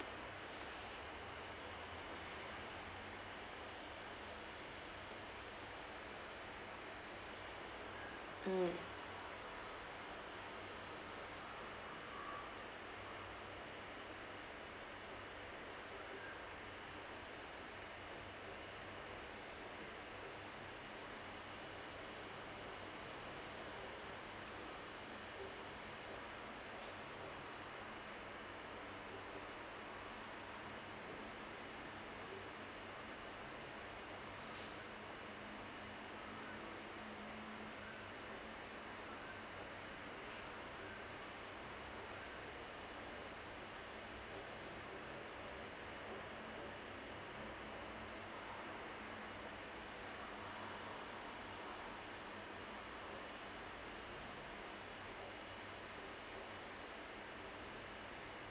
mm